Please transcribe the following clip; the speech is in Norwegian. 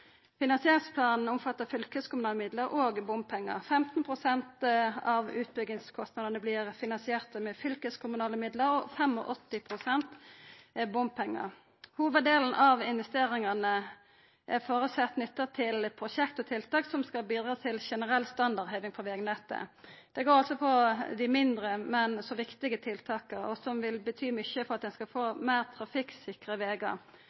Finansieringsplanen omfattar fylkeskommunale midlar og bompengar. 15 pst. av utbyggingskostnadene vert finansierte med fylkeskommunale midlar, og 85 pst. med bompengar. Hovuddelen av investeringane er føresett nytta til prosjekt og tiltak som skal bidra til generell standardheving på vegnettet. Det går altså på dei mindre, men òg viktige tiltaka, som vil bety mykje for at ein skal få meir trafikksikre vegar.